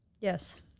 Yes